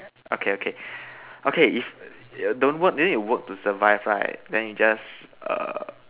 okay okay okay if don't work don't need work to survive right then you just err